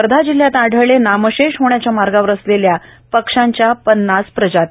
वर्धा जिल्ह्यात आढळले नामशेष होण्याच्या मार्गावर असलेल्या पक्ष्यांच्या पन्नास प्रजाती